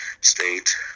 state